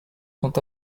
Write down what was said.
sont